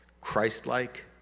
Christ-like